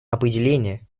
определения